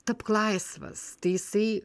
tapk laisvas tai jisai